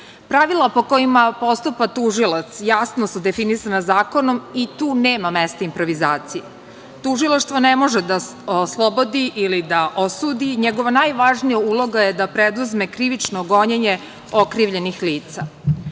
Pravila po kojima postupa tužilac jasno su definisana zakonom i tu nema mesta improvizaciji. Tužilaštvo ne može da oslobodi ili da osudi, njegova najvažnija uloga je da preduzme krivično gonjenje okrivljenih lica.